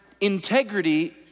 integrity